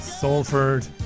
Salford